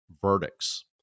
verdicts